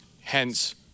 Hence